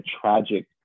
tragic